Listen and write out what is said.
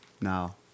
Now